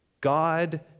God